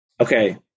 okay